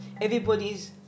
everybody's